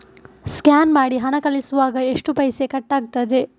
Scan ಮಾಡಿ ಹಣ ಕಳಿಸುವಾಗ ಎಷ್ಟು ಪೈಸೆ ಕಟ್ಟಾಗ್ತದೆ?